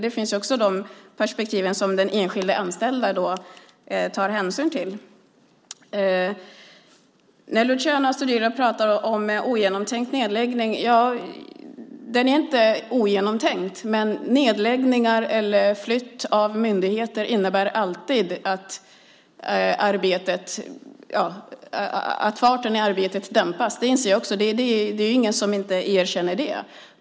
Det finns också de perspektiven som den enskilda anställda tar hänsyn till. Luciano Astudillo pratar om ogenomtänkt nedläggning. Den är inte ogenomtänkt, men nedläggningar eller flytt av myndigheter innebär alltid att farten i arbetet dämpas. Det inser jag också. Det är ingen som inte erkänner det.